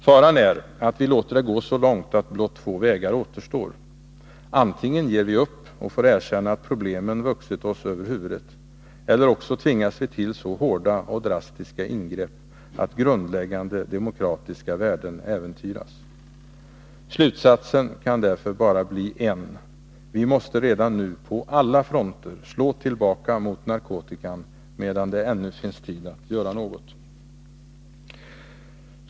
Faran är att vi låter det gå så långt att blott två vägar återstår: Antingen ger vi upp och får erkänna att problemen vuxit oss över huvudet, eller också tvingas vi till så hårda och drastiska ingrepp att grundläggande demokratiska värden äventyras. Slutsatsen kan därför bara bli en. Vi måste redan nu på alla fronter slå tillbaka mot narkotikan — medan det ännu finns tid att göra något!